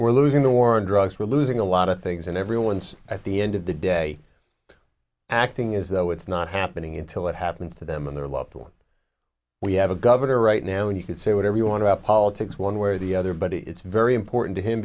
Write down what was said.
we're losing the war on drugs we're losing a lot of things and everyone's at the end of the day acting as though it's not happening until it happens to them and their loved ones we have a governor right now and you could say whatever you want about politics one way or the other but it's very important to him